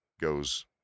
goes